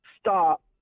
stop